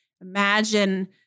imagine